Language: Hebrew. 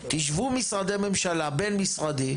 תשבו משרדי ממשלה בין משרדי,